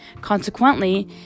Consequently